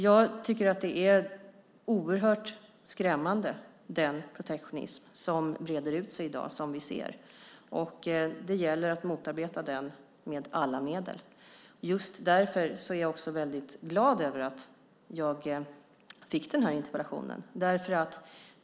Jag tycker att den protektionism som breder ut sig i dag är oerhört skrämmande. Det gäller att motarbeta den med alla medel. Just därför är jag väldigt glad över att jag fick interpellationen.